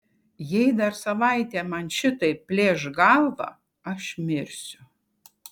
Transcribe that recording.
jei dar savaitę man šitaip plėš galvą aš mirsiu